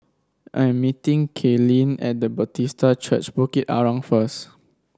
I am meeting Kaylyn at Bethesda Church Bukit Arang first